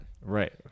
Right